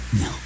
No